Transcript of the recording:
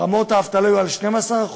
רמת האבטלה הייתה 12%,